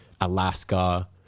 Alaska